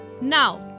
Now